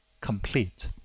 complete